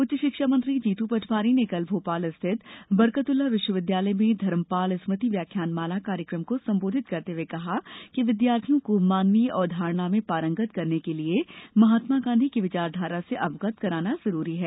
उच्च शिक्षा मंत्री जीतू पटवारी ने कल भोपाल स्थित बरकतउल्ला विश्वविद्यालय में धर्मपाल स्मृति व्याख्यानमाला कार्यक्रम को संबोधित करते हुए कहा कि विद्यार्थियों को मानवीय अवधारणा में पारंगत करने के लिए महात्मा गांधी की विचारधारा से अवगत कराना जरूरी है